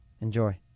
Enjoy